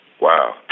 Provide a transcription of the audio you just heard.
wow